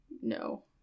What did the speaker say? No